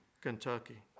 Kentucky